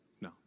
No